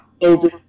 Over